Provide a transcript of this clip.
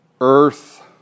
earth